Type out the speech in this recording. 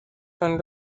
son